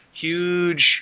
huge